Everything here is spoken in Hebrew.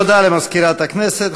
תודה למזכירת הכנסת.